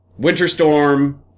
Winterstorm